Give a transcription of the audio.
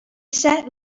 sat